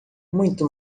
muito